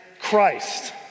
Christ